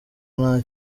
nta